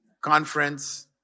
conference